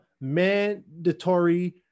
mandatory